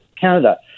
Canada